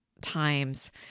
times